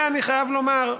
אני חייב לומר,